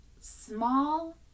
Small